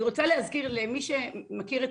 אני רוצה להזכיר למי שמכיר,